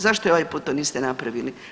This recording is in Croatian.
Zašto i ovaj put to niste napravili?